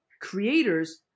creators